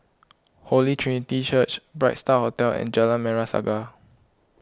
Holy Trinity Church Bright Star Hotel and Jalan Merah Saga